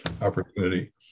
opportunity